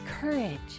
courage